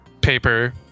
paper